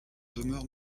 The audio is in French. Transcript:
demeures